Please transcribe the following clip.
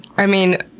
i mean,